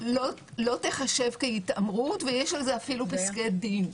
לא ייחשב התעמרות, ויש על זה אפילו פסקי דין.